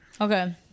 Okay